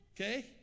Okay